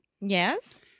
Yes